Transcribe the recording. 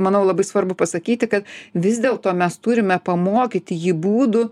manau labai svarbu pasakyti kad vis dėlto mes turime pamokyti jį būdų